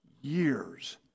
years